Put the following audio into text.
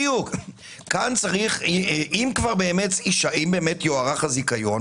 אם באמת יוארך הזיכיון,